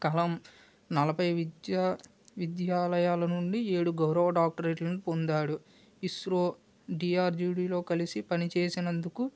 కలాం నలభై విద్యా విద్యాలయాల నుండి ఏడు గౌరవ డాక్టరేట్లను పొందాడు ఇస్రో డిఆర్డిడిలో కలిసి పని చేసినందుకు